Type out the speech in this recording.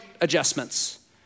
adjustments